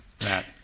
Matt